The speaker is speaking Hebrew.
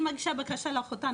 אם היא נגיד מגישה בקשה לאחותה,